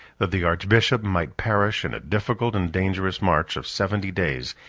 that the archbishop might perish in a difficult and dangerous march of seventy days,